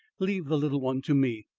leave the little one to me.